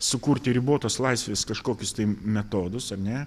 sukurti ribotos laisvės kažkokius tai metodus ar ne